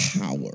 power